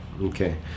Okay